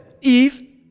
Eve